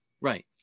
Right